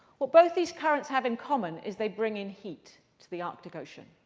what both these currents have in common is they bring in heat to the arctic ocean.